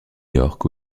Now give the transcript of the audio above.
york